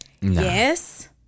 yes